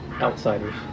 Outsiders